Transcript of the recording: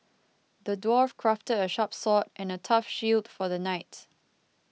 the dwarf crafted a sharp sword and a tough shield for the knight